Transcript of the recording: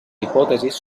hipòtesis